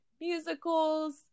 musicals